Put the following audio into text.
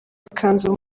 ikanzu